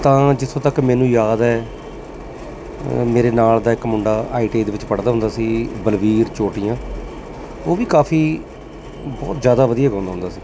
ਤਾਂ ਜਿੱਥੋਂ ਤੱਕ ਮੈਨੂੰ ਯਾਦ ਹੈ ਮੇਰੇ ਨਾਲ ਦਾ ਇੱਕ ਮੁੰਡਾ ਆਈ ਟੀ ਆਈ ਦੇ ਵਿੱਚ ਪੜ੍ਹਦਾ ਹੁੰਦਾ ਸੀ ਬਲਵੀਰ ਚੋਟੀਆਂ ਉਹ ਵੀ ਕਾਫੀ ਬਹੁਤ ਜ਼ਿਆਦਾ ਵਧੀਆ ਗਾਉਂਦਾ ਹੁੰਦਾ ਸੀ